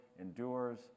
endures